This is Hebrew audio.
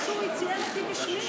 על זה שהוא ציין אותי בשמי.